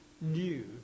new